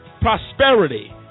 prosperity